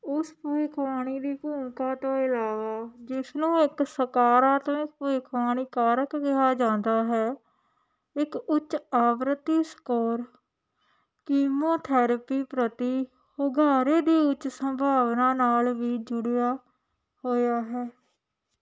ਉਸ ਭਵਿੱਖਬਾਣੀ ਦੀ ਭੂਮਿਕਾ ਤੋਂ ਇਲਾਵਾ ਜਿਸ ਨੂੰ ਇੱਕ ਸਕਾਰਾਤਮਕ ਭਵਿੱਖਬਾਣੀ ਕਾਰਕ ਕਿਹਾ ਜਾਂਦਾ ਹੈ ਇੱਕ ਉੱਚ ਆਵਰਤੀ ਸਕੋਰ ਕੀਮੋਥੈਰੇਪੀ ਪ੍ਰਤੀ ਹੁੰਗਾਰੇ ਦੀ ਉੱਚ ਸੰਭਾਵਨਾ ਨਾਲ ਵੀ ਜੁੜਿਆ ਹੋਇਆ ਹੈ